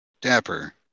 Dapper